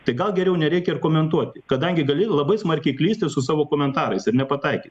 tai gal geriau nereikia ir komentuoti kadangi gali labai smarkiai klysti su savo komentarais ir nepataikyti